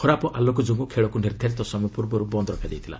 ଖରାପ ଆଲୋକ ଯୋଗୁଁ ଖେଳକୁ ନିର୍ଦ୍ଧାରିତ ସମୟ ପୂର୍ବରୁ ବନ୍ଦ୍ ରଖାଯାଇଥିଲା